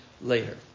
later